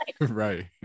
right